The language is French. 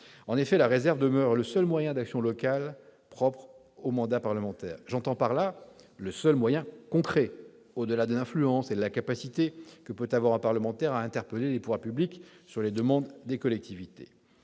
En effet, la réserve demeure le seul moyen d'action locale propre au mandat parlementaire. J'entends par là le seul moyen concret, au-delà de l'influence et de la capacité que peut avoir un parlementaire à interpeller les pouvoirs publics sur les demandes des collectivités.